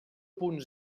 punt